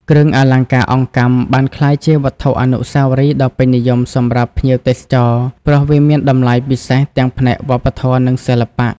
គ្រឿងអលង្ការអង្កាំបានក្លាយជាវត្ថុអនុស្សាវរីយ៍ដ៏ពេញនិយមសម្រាប់ភ្ញៀវទេសចរ ព្រោះវាមានតម្លៃពិសេសទាំងផ្នែកវប្បធម៌ និងសិល្បៈ។